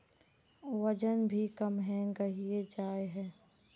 वजन भी कम है गहिये जाय है?